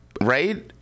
right